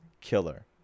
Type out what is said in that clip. killer